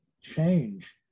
change